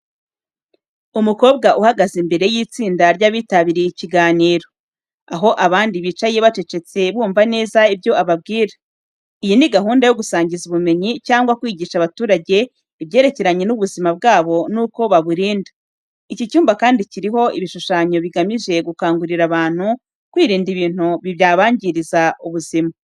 Umukobwa uhagaze imbere y'itsinda ry'abitabiriye ikiganiro, aho abandi bicaye bacecetse bumva neza ibyo ababwira. Iyi ni gahunda yo gusangiza ubumenyi, cyangwa kwigisha abaturange ibyerekeranye n'ubuzima bwabo n'uko baburinda. Icyi cyumba kandi kiriho ibishushanyo bigamije gukangurira abantu kwirinda ibintu byabangiriza ubuzima.